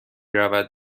رود